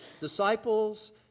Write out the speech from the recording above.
disciples